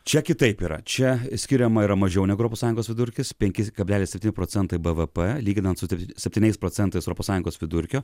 čia kitaip yra čia skiriama yra mažiau nei europos sąjungos vidurkis penkis kablelis septyni procentai bvp lyginant su septyniais procentais europos sąjungos vidurkio